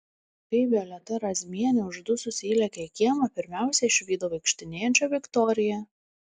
kai violeta razmienė uždususi įlėkė į kiemą pirmiausia išvydo vaikštinėjančią viktoriją